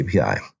API